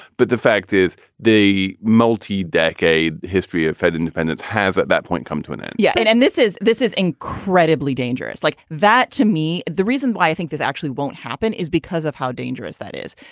but the fact is the multi-decade history of fed independence has at that point come to an end yeah. and and this is this is incredibly dangerous like that to me. the reason why i think this actually won't happen is because of how dangerous that is.